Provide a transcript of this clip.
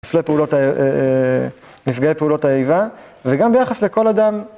נפגע פעולות, נפגעי פעולות האיבה וגם ביחס לכל אדם